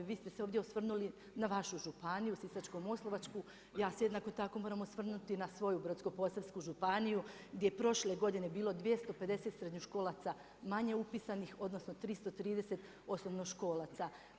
Vi ste se ovdje osvrnuli na vašu županiju Sisačko-moslavačku, ja se jednako tako moram osvrnuti na svoju Brodsko-posavsku županiju, gdje je prošle godine bilo 250 srednjoškolaca manje upisanih, odnosno 330 osnovnoškolaca.